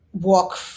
walk